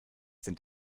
sind